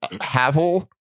Havel